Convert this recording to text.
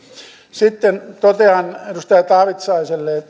sitten totean edustaja taavitsaiselle että